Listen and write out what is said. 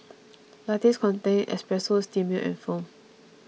lattes contain espresso steamed milk and foam